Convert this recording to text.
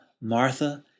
Martha